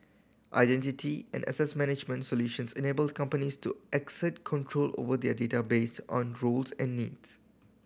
identity and access management solutions enable companies to exert control over their data based on roles and needs